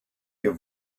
your